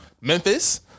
Memphis